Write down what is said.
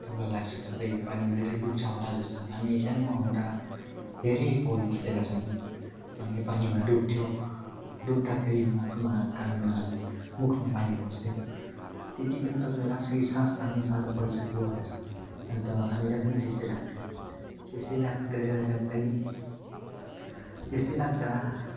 तपाईँलाई लाग्छ तपाईँ पानीकोभित्र डुब्छ होला जस्तो हामी सानोमा हुँदा धेरै पौडी खेलेको छन् हामी पानीमा डुब्थ्यो डुब्दाखेरि नाकमा कानमा मुखमा पानी पस्थ्यो त्यति बेला तपाईँलाई लाग्छ कि सास तान्नु साह्रो परिसक्यो भनेर अन्त हामीलाई पनि त्यस्तै लाग्थ्यो त्यस्तै लाग्दा लाग्दै त्यस्तै लाग्दा